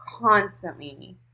constantly